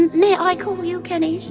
may i call you kenny?